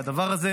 והדבר הזה